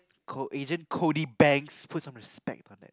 co Agent-Cody-Banks put some respect